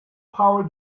power